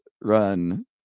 run